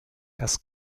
das